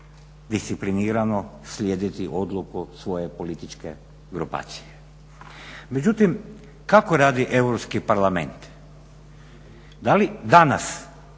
disciplinirano slijediti odluku svoje političke grupacije. Međutim, kako radi Europski parlament? Da li danas